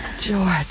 George